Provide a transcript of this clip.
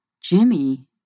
Jimmy